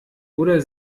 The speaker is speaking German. oder